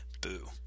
boo